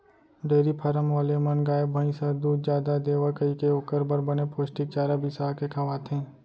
dairy farm वाले मन गाय, भईंस ह दूद जादा देवय कइके ओकर बर बने पोस्टिक चारा बिसा के खवाथें